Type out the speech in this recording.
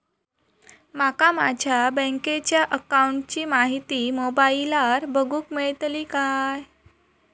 माका माझ्या बँकेच्या अकाऊंटची माहिती मोबाईलार बगुक मेळतली काय?